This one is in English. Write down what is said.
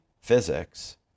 physics